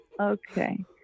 Okay